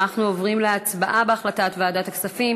אנחנו עוברים להצבעה על החלטת ועדת הכספים